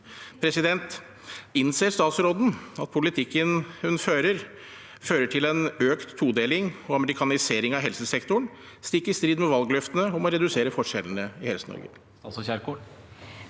lommebok. Innser statsråden at politikken hun fører, fører til en økt todeling og amerikanisering av helsesektoren, stikk i strid med valgløftene om å redusere forskjellene i Helse-Norge?